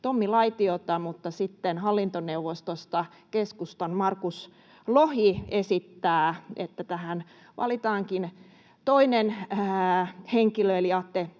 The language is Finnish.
Tommi Laitiota mutta sitten hallintoneuvostossa keskustan Markus Lohi esittää, että tähän valitaankin toinen henkilö eli Atte